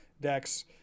decks